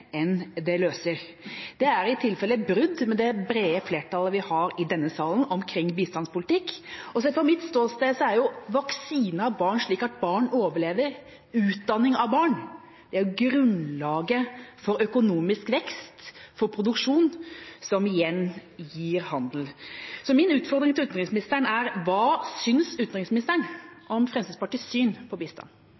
enn det løser. Det er i tilfelle brudd med det brede flertallet vi har i denne salen omkring bistandspolitikk. Sett fra mitt ståsted er vaksine av barn, slik at barn overlever, og utdanning av barn grunnlaget for økonomisk vekst og produksjon, som igjen gir handel. Min utfordring til utenriksministeren er: Hva synes utenriksministeren